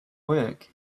work